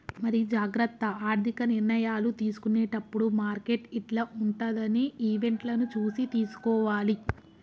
మరి జాగ్రత్త ఆర్థిక నిర్ణయాలు తీసుకునేటప్పుడు మార్కెట్ యిట్ల ఉంటదని ఈవెంట్లను చూసి తీసుకోవాలి